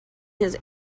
his